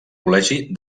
col·legi